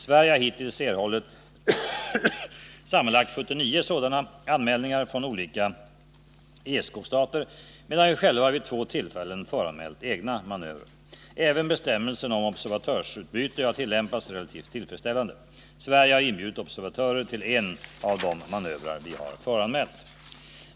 Sverige har, hittills, erhållit sammanlagt 79 sådana anmälningar från olika ESK-stater, medan vi själva vid två tillfällen föranmält egna manövrar. Även bestämmelsen om observatörsutbyte har tillämpats relativt tillfredsställande. Sverige har inbjudit observatörer till en av de manövrar vi föranmält.